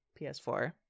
PS4